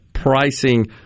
pricing